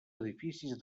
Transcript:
edificis